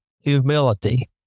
humility